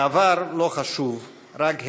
העבר לא חשוב, רק העתיד.